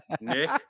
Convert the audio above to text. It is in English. Nick